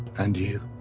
and you.